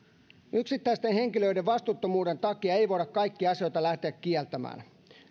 yksittäisten henkilöiden vastuuttomuuden takia ei voida kaikkia asioita lähteä kieltämään